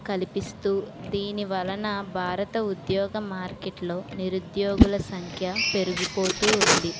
కల్పిస్తూ దీనివలన భారత ఉద్యోగ మార్కెట్లో నిరుద్యోగుల సంఖ్య పెరిగిపోతూ ఉంది